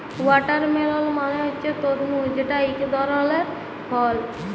watermelon মালে হছে তরমুজ যেট ইক ধরলের ফল